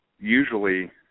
usually